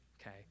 okay